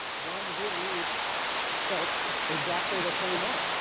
a lot of the vietnamese felt exactly the same way.